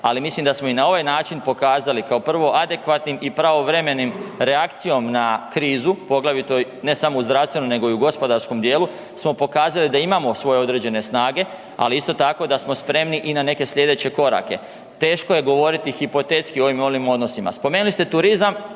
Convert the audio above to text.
ali mislim da smo i na ovaj način pokazali kao prvo adekvatnim i pravovremenim reakcijom na krizu poglavito ne samo u zdravstvenom nego i u gospodarskom djelu smo pokazali da imamo svoje određene snage ali sito tako da smo spremi i na neke slijedeće korake. Teško je govoriti hipotetski o ovim ili onim odnosima, spomenuli ste turizam,